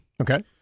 Okay